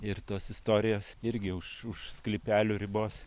ir tos istorijos irgi už už sklypelių ribos